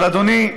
אבל אדוני,